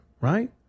right